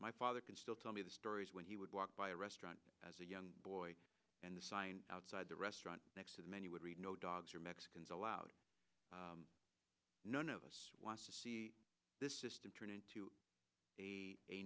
my father can still tell me the stories when he would walk by a restaurant as a young boy and the sign outside the restaurant next to the menu would read no dogs or mexicans allowed none of us wants to see this system turn into a a